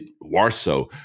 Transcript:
Warsaw